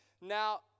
Now